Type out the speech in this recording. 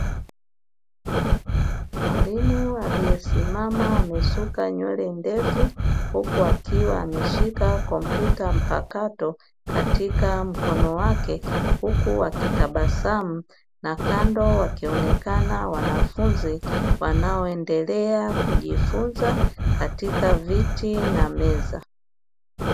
Mwalimu aliyesimama amesuka nywele ndefu, huku akiwa ameshika kompyuta mpakato katika mkono wake, huku wakitabasamu na kando wakionekana wanafunzi wanaoendelea kujifunza katika viti na meza.